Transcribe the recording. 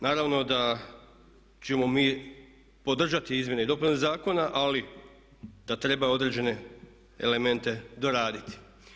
Naravno da ćemo mi podržati izmjene i dopune zakona ali da treba određene elemente doraditi.